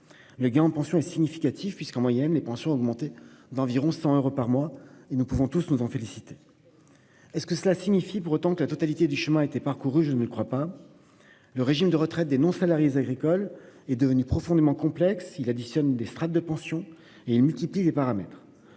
Le gain est significatif, puisque les pensions ont augmenté en moyenne d'environ 100 euros par mois, ce dont nous pouvons tous nous féliciter. Cela signifie-t-il pour autant que la totalité du chemin a été parcourue ? Je ne le crois pas. Le régime de retraite des non-salariés agricoles est devenu profondément complexe, additionnant les strates de pension et multipliant les paramètres.